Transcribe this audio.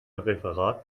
referat